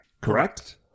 Correct